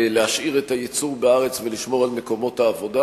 להשאיר את הייצור בארץ ולשמור על מקומות העבודה,